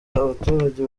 abaturage